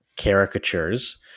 caricatures